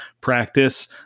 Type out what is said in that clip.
practice